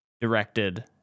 directed